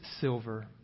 silver